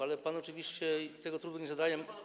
Ale pan oczywiście sobie tego trudu nie zadaje.